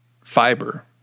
fiber